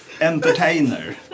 Entertainer